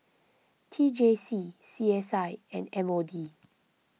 T J C C S I and M O D